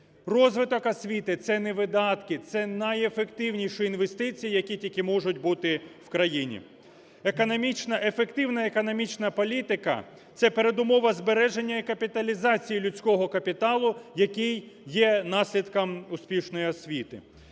Розвиток освіти – це не видатки, це найефективніші інвестиції, які тільки можуть бути в країні. Ефективна економічна політика – це передумова збереження і капіталізації людського капіталу, який є наслідком успішної освіти.